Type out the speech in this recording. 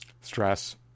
stress